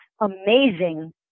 amazing